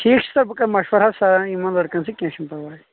ٹھیٖک چھُ سَر بہٕ کَرٕ مَشوَرٕ حظ ساروَنۍ یِمَن لٔڑکَن سۭتۍ کینٛہہ چھُنہٕ پَرواے